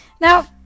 Now